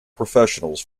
professionals